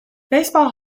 baseball